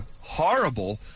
horrible